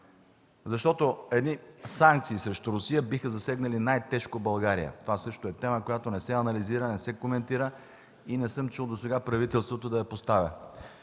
Защото едни санкции срещу Русия биха засегнали най-тежко България – това също е тема, която не се анализира, не се коментира и не съм чул досега правителството да я поставя.